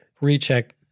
Recheck